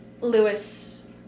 Lewis